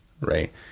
right